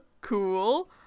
cool